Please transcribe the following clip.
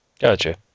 gotcha